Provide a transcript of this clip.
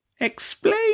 Explain